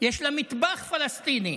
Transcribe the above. יש לה מטבח פלסטיני.